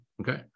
okay